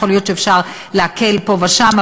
יכול להיות שאפשר להקל פה ושם,